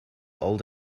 old